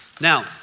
Now